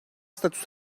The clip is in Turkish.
statüsü